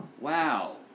wow